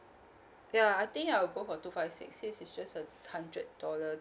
ya I think I'll go for two five six since it's just a hundred dollar